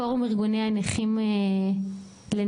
פורום ארגוני הנכים לנגישות,